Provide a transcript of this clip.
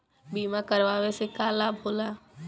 बीमा करावे से का लाभ होला?